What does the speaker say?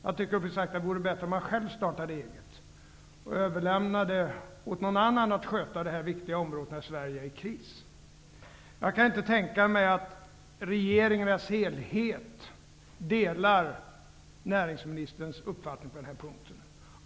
Jag tycker uppriktigt att det vore bättre om Per Westerberg själv startade eget och överlämnade åt någon annan att sköta detta viktiga område, nu när Sverige befinner sig i kris. Jag kan inte tänka mig att regeringen i dess helhet delar näringsministerns uppfattning på den här punkten.